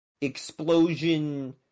explosion